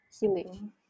healing